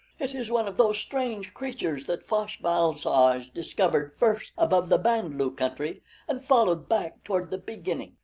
it is one of those strange creatures that fosh-bal-soj discovered first above the band-lu country and followed back toward the beginning.